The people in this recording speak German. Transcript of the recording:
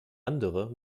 andere